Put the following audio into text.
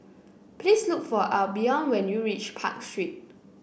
please look for Albion when you reach Park Street